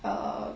err